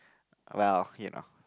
well ya